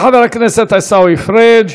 תודה לחבר הכנסת עיסאווי פריג'.